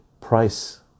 price